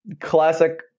classic